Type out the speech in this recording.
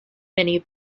many